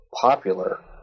popular